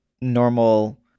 normal